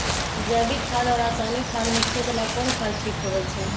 जैविक खाद और रासायनिक खाद में खेत ला कौन खाद ठीक होवैछे?